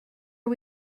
are